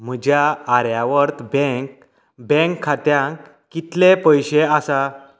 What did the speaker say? म्हज्या Aryavart bank bank खात्यांत कितले पयशे आसा